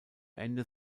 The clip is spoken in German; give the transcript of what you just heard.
ende